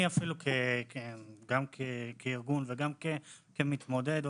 אני כארגון וגם מתמודד,